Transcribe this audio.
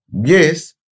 Yes